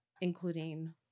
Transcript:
including